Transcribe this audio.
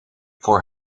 voor